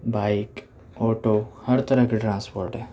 bike auto ہر طرح کا ٹرانسپورٹ ہیں